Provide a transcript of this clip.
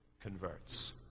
converts